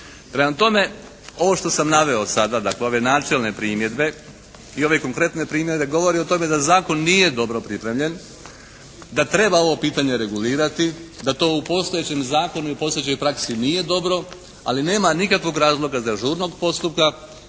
Prema tome, ovo što sam naveo sada, dakle ove načelne primjedbe i ove konkretne primjedbe govore o tome da zakon nije dobro pripremljen, da treba ovo pitanje regulirati da to u postojećem zakonu i postojećoj praksi nije dobro. Ali nema nikakvog razloga za žurnost postupka.